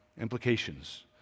implications